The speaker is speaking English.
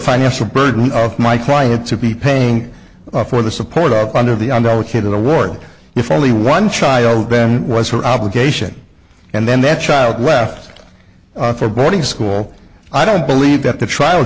financial burden of my client to be paying for the support of under the under a kid award if only one child was her obligation and then that child left for boarding school i don't believe that the trial